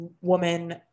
woman